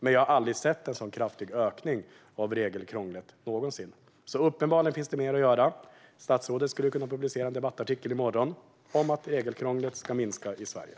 Jag har aldrig någonsin sett en så kraftig ökning av regelkrånglet, så uppenbarligen finns det mer att göra. Statsrådet skulle kunna publicera en debattartikel i morgon om att regelkrånglet ska minska i Sverige.